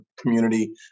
community